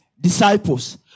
disciples